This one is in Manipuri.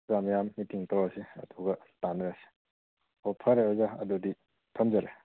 ꯑꯣꯖꯥ ꯃꯌꯥꯝ ꯃꯤꯇꯤꯡ ꯇꯧꯔꯁꯤ ꯑꯗꯨꯒ ꯇꯥꯟꯅꯔꯁꯤ ꯑꯣ ꯐꯔꯦ ꯑꯣꯖꯥ ꯑꯗꯨꯗꯤ ꯊꯝꯖꯔꯦ